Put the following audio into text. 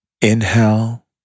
Inhale